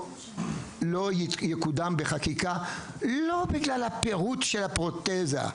לא בגלל הפירוט של הפרוטזה,